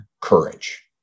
courage